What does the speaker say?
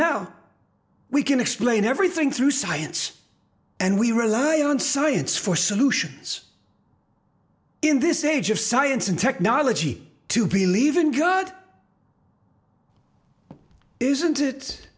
now we can explain everything through science and we rely on science for solutions in this age of science and technology to believe in god isn't it